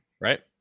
right